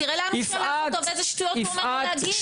תראה לאן הוא שולח אותו ואיזה שטויות הוא שולח אותו להגיד.